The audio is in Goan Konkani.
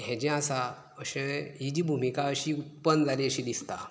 हें जें आसा अशें ही जी भुमीका अशी उत्पन्न जाली अशी दिसता